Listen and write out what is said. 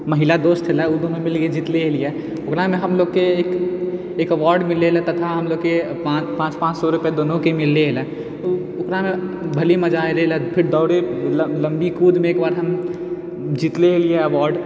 महिला दोस्त हलै ओ दुनू मिलिकऽ जितले रहिए ओकरामे हमरालोकके एक एक अवार्ड मिलल रहै तथा हमरालोकके पाँच पाँच सओ रुपैआ दुनूके मिललै रहै ओतनामे भले मजा ऐले रहै फिर दौड़ैमे लम्बी कूदमे एक बार हम जितले रहिए अवार्ड